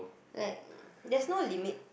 like there's no limit